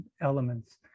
elements